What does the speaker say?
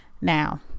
now